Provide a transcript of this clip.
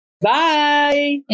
Bye